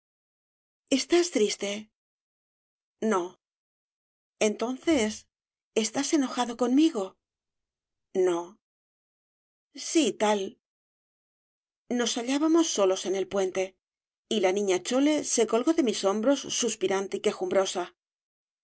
estás triste obras de valle inclan no entonces estás enojado conmigo no sí tal nos hallábamos solos en el puente y la niña chole se colgó de mis hombros suspirante y